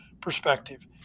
perspective